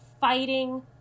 fighting